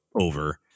over